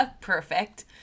Perfect